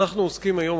אנחנו עוסקים היום,